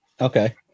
Okay